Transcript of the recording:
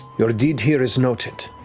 your deed here is noted